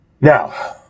Now